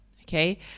Okay